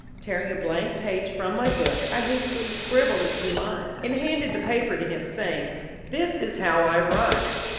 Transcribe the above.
tearing a blank page from my book i hastily scribbled a few lines, and handed the paper to him, saying this is how i write.